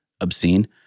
obscene